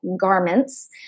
garments